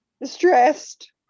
distressed